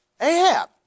Ahab